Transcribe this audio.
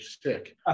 sick